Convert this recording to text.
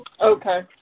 Okay